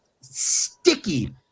sticky